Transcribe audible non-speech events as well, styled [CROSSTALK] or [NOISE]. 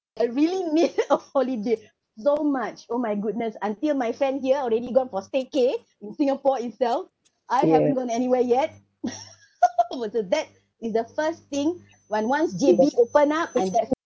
I really [LAUGHS] miss a holiday [BREATH] so much oh my goodness until my friend here already gone for stayca~ [BREATH] in singapore itself I haven't gone anywhere yet [LAUGHS] [LAUGHS] oh so that [BREATH] is the first thing [BREATH] when once J_B open up I definitely